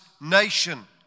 nation